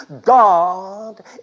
God